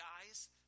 guys